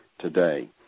today